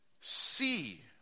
See